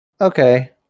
Okay